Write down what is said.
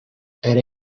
era